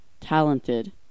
talented